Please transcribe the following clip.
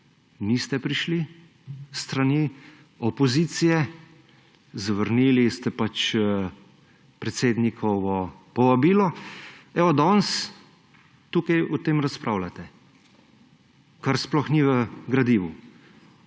niste prišli, zavrnili ste predsednikovo povabilo, evo, danes tukaj o tem razpravljate, kar sploh ni v gradivu.